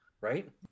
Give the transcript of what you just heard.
right